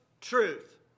truth